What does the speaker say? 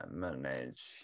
manage